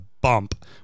bump